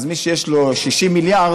מי שיש לו 60 מיליארד,